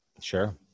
Sure